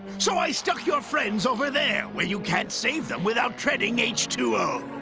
so i stuck your friends over there where you can't save them without treading h two o.